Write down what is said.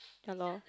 ya lor